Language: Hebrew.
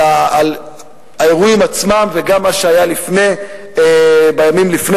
על האירועים עצמם וגם מה שהיה בימים לפני